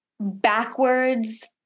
backwards